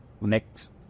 next